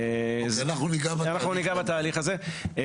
שאנחנו ניגע בתהליך הזה.